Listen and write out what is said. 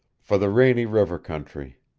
for the rainy river country.